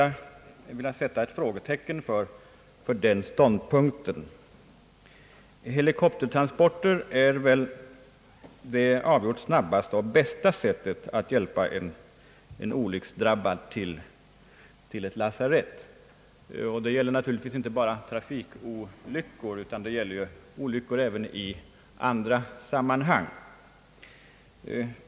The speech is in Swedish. Jag vill sätta ett frågetecken för den ståndpunkten. Helikoptertransporter är i regel det avgjort snabbaste och bästa sättet att hjälpa en olycksdrabbad till ett lasarett. Detta gäller naturligtvis inte bara trafikolyckor, utan det gäller olyckor även i andra sammanhang.